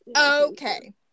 Okay